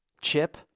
chip